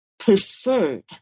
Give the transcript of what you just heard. Preferred